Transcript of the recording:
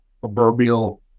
proverbial